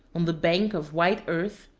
on the bank of white earth,